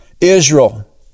Israel